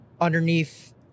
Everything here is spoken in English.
underneath